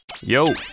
yo